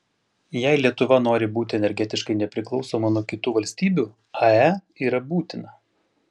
jei lietuva nori būti energetiškai nepriklausoma nuo kitų valstybių ae yra būtina